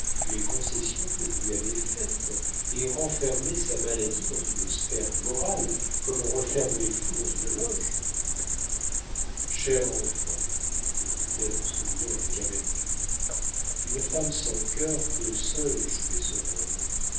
les concessions que vous lui avez faites et renfermez sa maladie dans une sphère morale comme on renferme les fous dans une loge cher enfant me dit-elle en souriant avec amertume une femme sans cœur peut seule jouer ce rôle